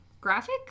graphic